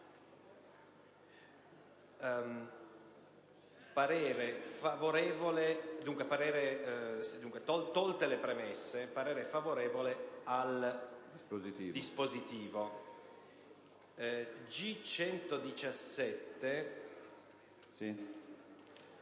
parere favorevole sul dispositivo